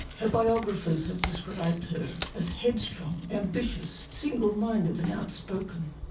her biographers have described her as headstrong, ambitious, single-minded and outspoken'.